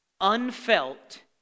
unfelt